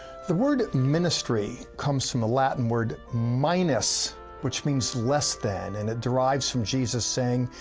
the word ministry comes from the latin word minus which means less than, and it derives from jesus saying,